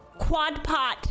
Quadpot